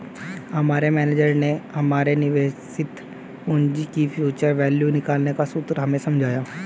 हमारे मेनेजर ने हमारे निवेशित पूंजी की फ्यूचर वैल्यू निकालने का सूत्र हमें समझाया